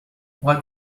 what